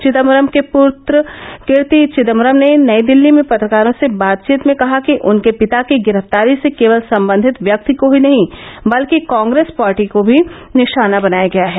चिदम्बरम के पृत्र कीर्ति चिदम्बरम ने नई दिल्ली में पत्रकारों से बातचीत में कहा कि उनके पिता की गिरफ्तारी से केवल संबंधित व्यक्ति को ही नहीं बल्कि कांग्रेस पार्टी को भी निशाना बनाया गया है